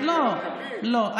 לא, לא.